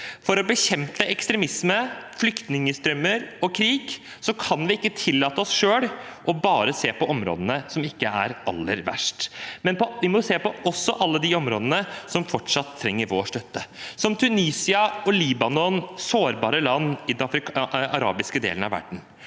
For å bekjempe ekstremisme, flyktningstrømmer og krig kan vi ikke tillate oss selv bare å se på områdene som ikke er aller verst. Vi må også se på alle områdene som fortsatt trenger vår støtte, som Tunisia og Libanon – sårbare land i den arabiske delen av verden